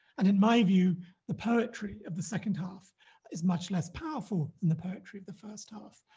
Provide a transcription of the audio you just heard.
and in my view the poetry of the second half is much less powerful than the poetry of the first half,